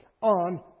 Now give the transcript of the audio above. on